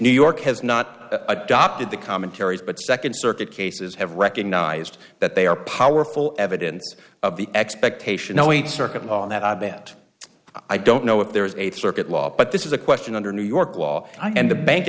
new york has not adopted the commentaries but second circuit cases have recognized that they are powerful evidence of the expectation knowing circuit that i bet i don't know if there is a circuit law but this is a question under new york law and the bank